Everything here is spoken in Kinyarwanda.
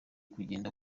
kugenda